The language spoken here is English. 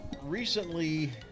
recently